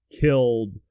killed